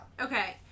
Okay